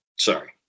Sorry